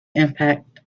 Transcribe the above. impact